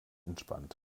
entspannt